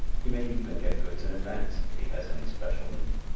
he may even get goods in advance if he has any special need.